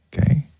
okay